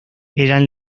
eran